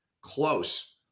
close